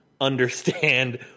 understand